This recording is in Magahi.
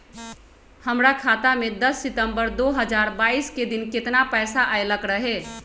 हमरा खाता में दस सितंबर दो हजार बाईस के दिन केतना पैसा अयलक रहे?